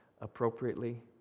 appropriately